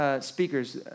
speakers